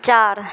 चार